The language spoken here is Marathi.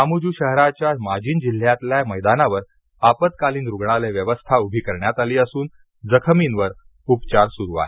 मामूजू शहराच्या माजीन जिल्ह्यातल्या मैदानावर आपत्कालीन रुग्णालय व्यवस्था उभी करण्यात आली असून जखमीवर उपचार सुरू आहेत